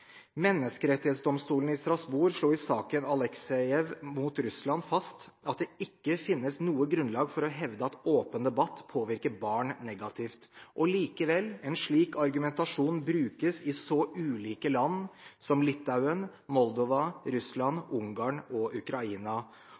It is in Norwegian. Menneskerettighetsdomstolen i Strasbourg slo i saken Aleksejev mot Russland fast at det ikke finnes noe grunnlag for å hevde at åpen debatt påvirker barn negativt. Og likevel: En slik argumentasjon brukes i så ulike land som Litauen, Moldova, Russland, Ungarn og Ukraina.